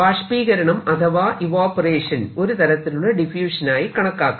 ബാഷ്പീകരണം അഥവാ ഇവാപൊറേഷൻ ഒരുതരത്തിലുള്ള ഡിഫ്യൂഷൻ ആയി കണക്കാക്കാം